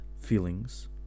feelings